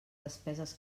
despeses